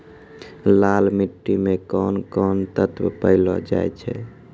लाल मिट्टी मे कोंन कोंन तत्व पैलो जाय छै?